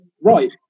right